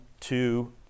two